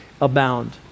abound